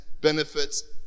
benefits